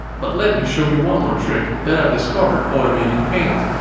but let me show you one more trick that i've discovered automating paint.